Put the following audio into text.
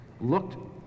looked